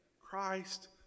Christ